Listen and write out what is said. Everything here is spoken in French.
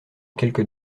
quelques